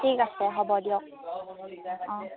ঠিক আছে হ'ব দিয়ক অঁ